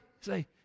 say